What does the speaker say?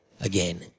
again